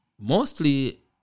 Mostly